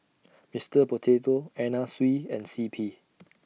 Mister Potato Anna Sui and C P